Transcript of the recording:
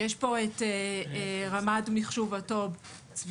יש פה את רמ"ד מחשוב צביה,